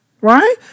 right